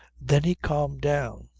then he calmed down,